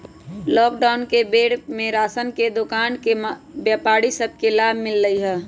lockdown के बेर में राशन के दोकान के व्यापारि सभ के लाभ मिललइ ह